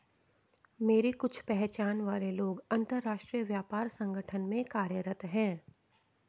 मेरे कुछ पहचान वाले लोग अंतर्राष्ट्रीय व्यापार संगठन में कार्यरत है